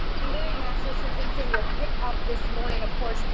and larry nassar's sentencing will pick up this morning. of course,